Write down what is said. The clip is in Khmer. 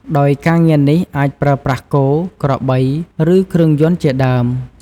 ដោយការងារនេះអាចប្រើប្រាស់គោ ក្របី ឬគ្រឿងយន្តជាដើម។